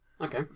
Okay